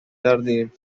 کردیم